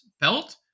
Belt